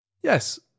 Yes